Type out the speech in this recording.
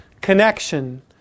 connection